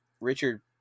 Richard